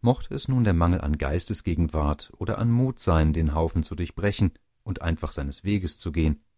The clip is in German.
mochte es nun der mangel an geistesgegenwart oder an mut sein den haufen zu durchbrechen und einfach seines weges zu gehen